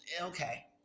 okay